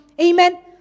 Amen